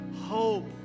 hope